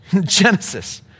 Genesis